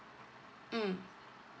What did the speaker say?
mm